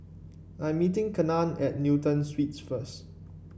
I'm meeting Kenan at Newton Suites first